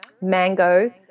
mango